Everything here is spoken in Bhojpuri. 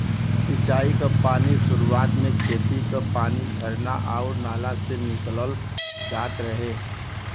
सिंचाई क पानी सुरुवात में खेती क पानी झरना आउर नाला से निकालल जात रहे